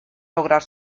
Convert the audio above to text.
lograr